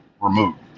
removed